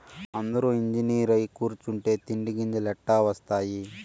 అందురూ ఇంజనీరై కూసుంటే తిండి గింజలెట్టా ఒస్తాయి